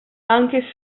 anche